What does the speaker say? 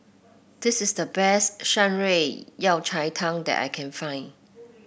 this is the best Shan Rui Yao Cai Tang that I can find